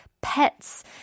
pets